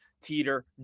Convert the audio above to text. teeter